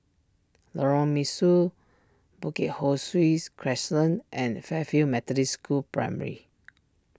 Lorong Mesu Bukit Ho Swee's Crescent and Fairfield Methodist School Primary